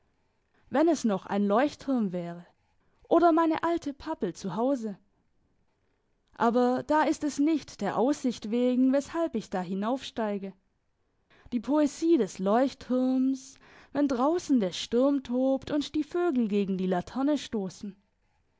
wenn es noch ein leuchtturm wäre oder meine alte pappel zu hause aber da ist es nicht der aussicht wegen weshalb ich da hinaufsteige die poesie des leuchtturms wenn draussen der sturm tobt und die vögel gegen die laterne stossen